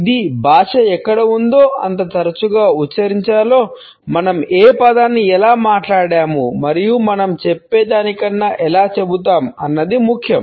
ఇది భాష ఎక్కడ ఉందో ఎంత తరచుగా ఉచ్చరించాలో మనం ఏ పదాన్ని ఎలా మాట్లాడాము మరియు మనం చెప్పే దానికన్నా ఎలా చెబుతాం అన్నది ముఖ్యం